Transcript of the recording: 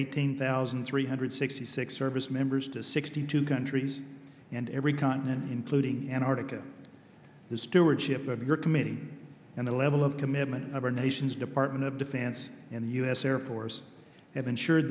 eighteen thousand three hundred sixty six service members to sixty two countries and every continent including antarctica the stewardship of your committee and the level of commitment of our nation's department of defense and the u s air force have ensure